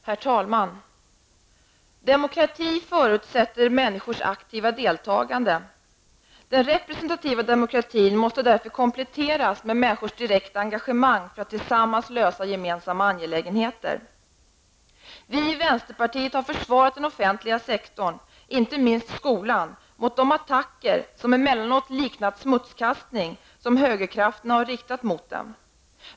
Herr talman! Demokrati förutsätter människors aktiva deltagande. Den representativa demokratin måste därför kompletteras med människors direkta engagemang för att man tillsammans skall kunna lösa gemensamma angelägenheter. Vi i vänsterpartiet har försvarat den offentliga sektorn, inte minst skolan, mot de attacker -- emellanåt har dessa liknat smutskastning -- som högerkrafterna riktat mot den.